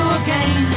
again